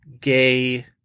gay